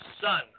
son